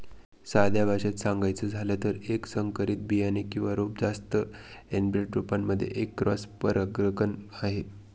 साध्या भाषेत सांगायचं झालं तर, एक संकरित बियाणे किंवा रोप जास्त एनब्रेड रोपांमध्ये एक क्रॉस परागकण आहे